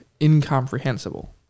incomprehensible